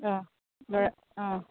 অঁ অঁ